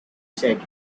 said